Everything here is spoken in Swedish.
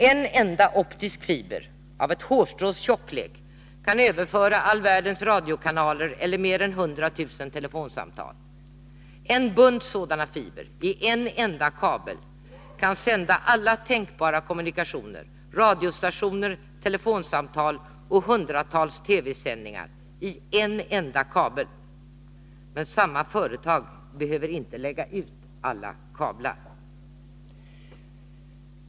En enda optisk fiber av ett hårstrås tjocklek kan överföra all världens radiokanaler eller mer än 100 000 telefonsamtal. En bunt sådana fibrer i en enda kabel kan sända alla tänkbara kommunikationer: radiostationer, telefonsamtal och hundratals TV-sändningar — som sagt i en enda kabel. Men samma företag behöver inte lägga ut alla kablar.